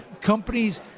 companies